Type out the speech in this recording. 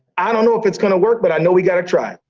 i don't know if it's gonna work, but i know we got to try.